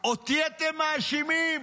אותי אתם מאשימים?